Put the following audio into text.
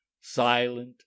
silent